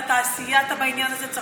ואתה סייעת בעניין זה.